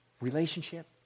Relationship